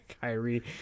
Kyrie